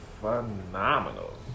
phenomenal